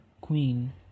Queen